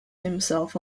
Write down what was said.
himself